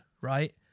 right